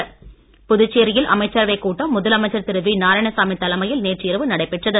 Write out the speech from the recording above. புதுச்சேரி அமைச்சரவை புதுச்சேரியில் அமைச்சரவைக் கூட்டம் முதலமைச்சர் திரு வி நாராயணசாமி தலைமையில் நேற்று இரவு நடைபெற்றது